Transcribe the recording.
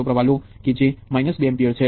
જેનો અર્થ એ તે સંયોજનની સમાન લાક્ષણિકતાઓ છે